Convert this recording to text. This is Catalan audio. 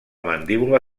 mandíbula